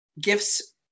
gifts